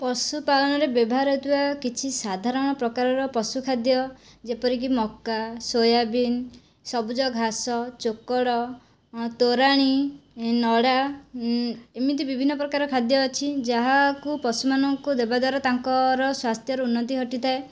ପଶୁ ପାଳନରେ ବ୍ୟବହାର ହେଉଥିବା କିଛି ସାଧାରଣ ପ୍ରକାରର ପଶୁ ଖାଦ୍ୟ ଯେପରିକି ମକା ସୋୟାବିନ୍ ସବୁଜ ଘାସ ଚୋକଡ଼ ତୋରାଣି ନଡ଼ା ଏମିତି ବିଭିନ୍ନ ପ୍ରକାର ଖାଦ୍ୟ ଅଛି ଯାହାକୁ ପଶୁମାନଙ୍କୁ ଦେବା ଦ୍ଵାରା ତାଙ୍କର ସ୍ଵାସ୍ଥ୍ୟର ଉନ୍ନତି ଘଟିଥାଏ